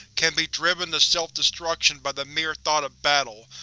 can be driven to self-destruction by the mere thought of battle,